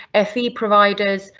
ah fe providers,